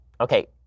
okay